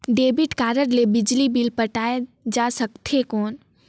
Debit card ले बिजली bill पटाय जा सकथे कौन?